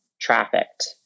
trafficked